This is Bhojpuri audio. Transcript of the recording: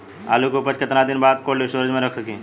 आलू के उपज के कितना दिन बाद कोल्ड स्टोरेज मे रखी?